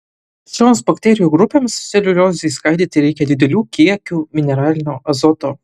šioms bakterijų grupėms celiuliozei skaidyti reikia didelių kiekių mineralinio azoto